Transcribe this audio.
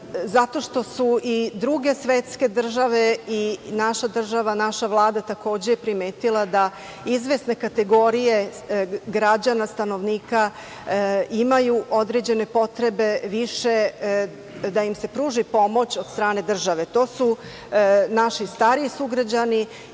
zato što su i druge svetske države i naša država, naša vlada takođe primetila da izvesne kategorije građana, stanovnika imaju određene potrebe više da im se pruži pomoć od strane države. To su naši stariji sugrađani